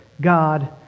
God